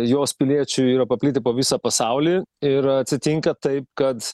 jos piliečių yra paplitę po visą pasaulį ir atsitinka taip kad